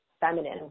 feminine